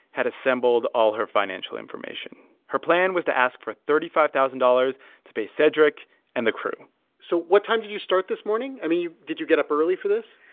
had assembled all her financial information. her plan was to ask for thirty five thousand dollars to pay cedric and the crew so what time did you start this morning? i mean, did you get up early for this?